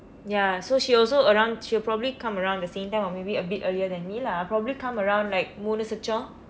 ya so she also around she'll probably come around the same time or maybe a bit earlier than me lah I'll probably come around like மூன்று சுற்றம்:muunru surram